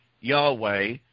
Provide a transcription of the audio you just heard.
Yahweh